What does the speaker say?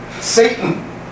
Satan